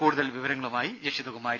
കൂടുതൽ വിവരങ്ങളുമായി ജഷിത കുമാരി